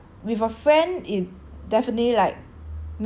ya lor but with a friend it definitely like